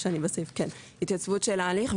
כן, התייצבות של ההליך.